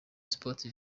sports